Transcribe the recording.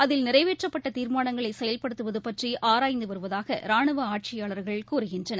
அதில் நிறைவேற்றப்பட்டதி மானங்களைசெயல்படுத்துவதுபற்றி ஆராய்ந்துவருவதாகரானுவ ஆட்சியாளர்கள் கூறுகின்றனர்